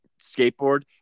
skateboard